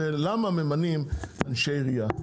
למה ממנים אנשי עירייה?